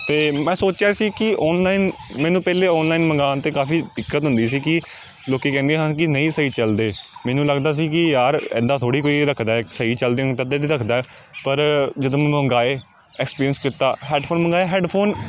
ਅਤੇ ਮੈਂ ਸੋਚਿਆ ਸੀ ਕਿ ਔਨਲਾਈਨ ਮੈਨੂੰ ਪਹਿਲਾਂ ਔਨਲਾਈਨ ਮੰਗਵਾਉਣ ਤਾਂ ਕਾਫ਼ੀ ਦਿੱਕਤ ਹੁੰਦੀ ਸੀ ਕਿ ਲੋਕ ਕਹਿੰਦੇ ਹਨ ਕਿ ਨਹੀਂ ਸਹੀ ਚਲਦੇ ਮੈਨੂੰ ਲੱਗਦਾ ਸੀ ਕਿ ਯਾਰ ਇੱਦਾਂ ਥੋੜ੍ਹੀ ਕੋਈ ਰੱਖਦਾ ਸਹੀ ਚਲਦੇ ਹੋਣ ਤੱਦੇ ਤਾਂ ਰੱਖਦਾ ਪਰ ਜਦੋਂ ਮੈਂ ਮੰਗਵਾਏ ਐਕਸਪੀਰੀਅੰਸ ਕੀਤਾ ਹੈਡਫੋਨ ਮੰਗਵਾਏ ਹੈਡਫੋਨ